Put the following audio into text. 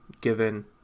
given